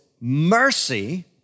mercy